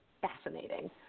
fascinating